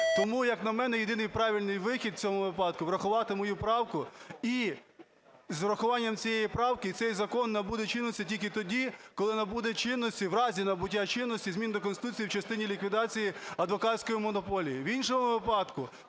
Тому, як на мене, єдиний правильний вихід в цьому випадку – врахувати мою правку. І з врахуванням цієї правки цей закон набуде чинності тільки тоді, коли набуде чинності, в разі набуття чинності змін до Конституції в частині ліквідації адвокатської монополії.